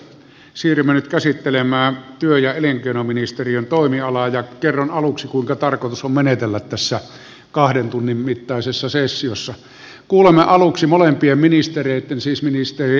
sirman käsittelemään työ ja elinkeinoministeriön toimialaa ja kerran aluksi kuinka tarkosumenetellä tässä kahden tunnin mittaisessa sessiossa kuule mä aluksi molempien ministerien on siis menemistä